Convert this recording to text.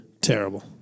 terrible